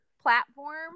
platform